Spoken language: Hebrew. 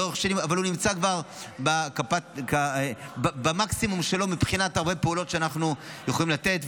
אבל הוא נמצא כבר במקסימום שלו מבחינת הרבה פעולות שאנחנו יכולים לתת,